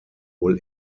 wohl